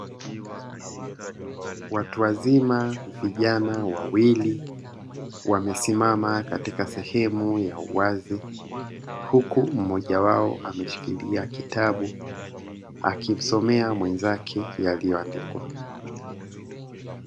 Watu wazima vijana wawili wamesimama katika sehemu ya wazi huku mmoja wao akishikilia kitabu akimsomea mwenzake yaliyoandikwa.